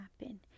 happen